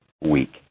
week